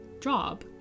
job